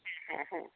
হ্যাঁ হ্যাঁ হ্যাঁ